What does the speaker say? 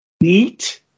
neat